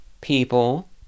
people